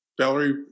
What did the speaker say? Valerie